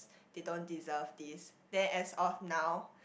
they don't deserve these then as of now